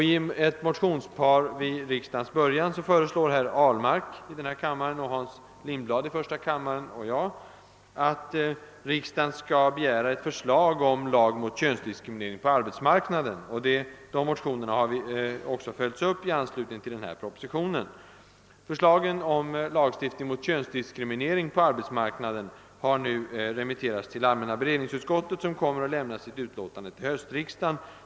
I ett motionspar som väcktes vid riksdagens början föreslår herr Ahlmark och jag i denna kammare samt :herr Lindblad i första kammaren att riksdagen skall begära ett förslag om lag mot könsdiskriminering på arbetsmarknaden. Dessa motioner har också följts upp i anslutning till den nu aktuella propositionen. Förslagen om lagstiftning mot könsdiskriminering på arbetsmarknaden har nu remitterats till allmänna beredningsutskottet, som kommer att lämna sitt utlåtande till höstriksdagen.